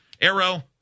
arrow